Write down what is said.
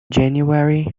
january